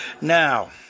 Now